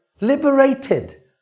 liberated